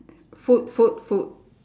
food food food